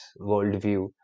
worldview